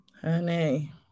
Honey